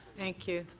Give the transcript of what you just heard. thank you.